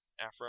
Afro